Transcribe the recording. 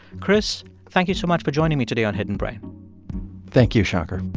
chris, thank you so much for joining me today on hidden brain thank you, shankar